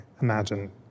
imagine